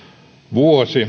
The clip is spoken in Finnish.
vuosi